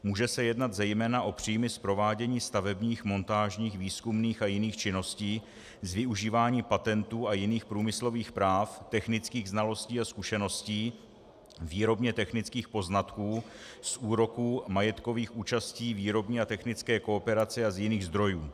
Může se jednat zejména o příjmy z provádění stavebních, montážních, výzkumných a jiných činností, z využívání patentů a jiných průmyslových práv, technických znalostí a zkušeností, výrobnětechnických poznatků, z úroků, majetkových účastí, výrobní a technické kooperace a z jiných zdrojů.